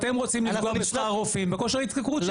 אתם רוצים לפגוע בשכר הרופאים ובכושר ההשתכרות שלהם.